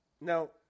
Now